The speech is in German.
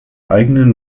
eigenen